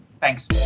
Thanks